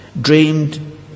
Dreamed